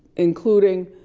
including